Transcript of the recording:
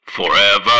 Forever